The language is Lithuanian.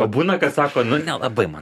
o būna kad sako nu nelabai man